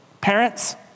Parents